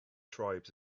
tribes